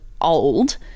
old